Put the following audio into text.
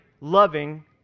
loving